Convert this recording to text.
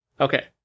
Okay